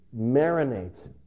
marinate